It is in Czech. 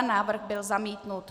Návrh byl zamítnut.